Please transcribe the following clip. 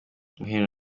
muhire